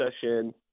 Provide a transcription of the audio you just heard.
session